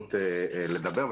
ההזדמנות לדבר.